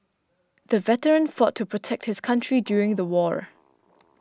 the veteran fought to protect his country during the war